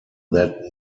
that